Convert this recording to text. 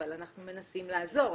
אבל אנחנו מנסים לעזור.